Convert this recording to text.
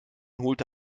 holte